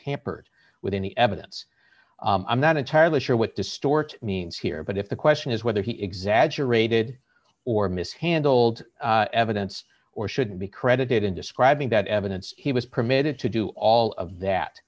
tampered with any evidence i'm not entirely sure what distorts means here but if the question is whether exaggerated or mishandled evidence or should be credited in describing that evidence he was permitted to do all of that